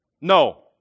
No